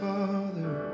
Father